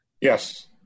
yes